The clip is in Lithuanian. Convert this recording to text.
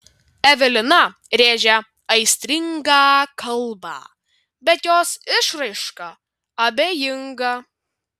evelina rėžia aistringą kalbą bet jos išraiška abejinga